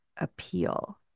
appeal